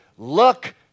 Look